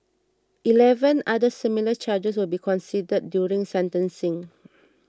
eleven other similar charges will be considered during sentencing